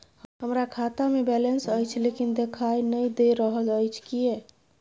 हमरा खाता में बैलेंस अएछ लेकिन देखाई नय दे रहल अएछ, किये?